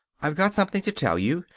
i've got something to tell you.